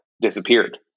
disappeared